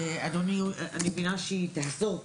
אדוני היו״ר, היא אמרה שהיא תחזור תכף.